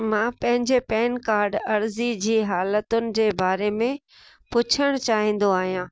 मां पंहिंजे PAN card जी अर्ज़ी जी हालतुनि जे बारे में पुछणु चाहींदो आहियां